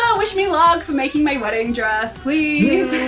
wish me luck for making my wedding dress please.